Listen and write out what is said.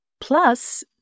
Plus